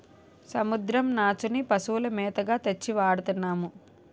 సముద్రం నాచుని పశువుల మేతగా తెచ్చి వాడతన్నాము